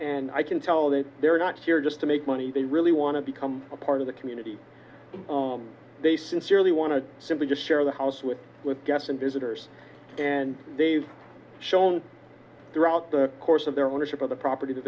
and i can tell that they're not here just to make money they really want to become a part of the community they sincerely want to simply just share the house with with guests and visitors and they've shown throughout the course of their ownership of the property that